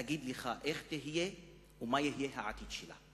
ואגיד לך איך היא תהיה ומה יהיה העתיד שלה.